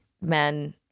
men